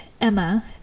Emma